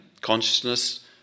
consciousness